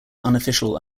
unofficial